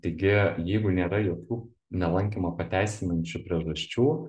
taigi jeigu nėra jokių nelankymą pateisinančių priežasčių